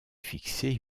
fixé